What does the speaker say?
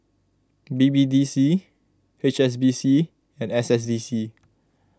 B B D C H S B C and S S D C